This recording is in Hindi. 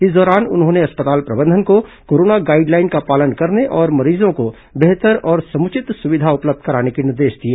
इस दौरान उन्होंने अस्पताल प्रबंधन को कोरोना गाइडलाइन का पालन करने और मरीजों को बेहतर और समुचित सुविधा उपलब्ध कराने के निर्देश दिए